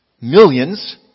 millions